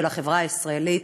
של החברה הישראלית,